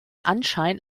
anschein